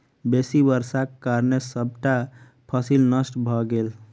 बेसी वर्षाक कारणें सबटा फसिल नष्ट भ गेल